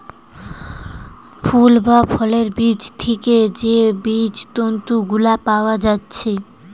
ফুল বা ফলের বীজ থিকে যে জৈব তন্তু গুলা পায়া যাচ্ছে